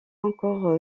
encore